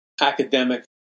academic